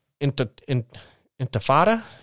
intifada